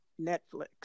Netflix